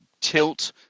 tilt